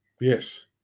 Yes